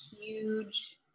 huge